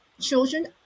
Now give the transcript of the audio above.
Children